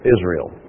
Israel